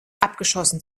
abgeschossen